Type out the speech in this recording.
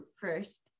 first